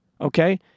okay